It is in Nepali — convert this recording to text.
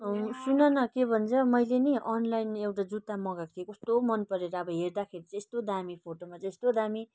सुन न के भन्छ मैले नि अनलाइन एउटा जुत्ता मगाएको थिएँ कस्तो मन परेर अब हेर्दाखेरि चाहिँ यस्तो दामी फोटो चाहिँ यस्तो दामी